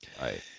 right